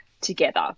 together